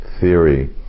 theory